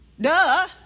Duh